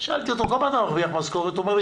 שאלתי אותו: כמה אתה מרוויח משכורת?